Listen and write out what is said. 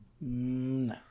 no